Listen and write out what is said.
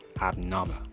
abnormal